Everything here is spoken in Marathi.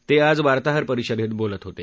ते आज वार्ताहर परिषदेत बोलत होते